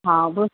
हां बस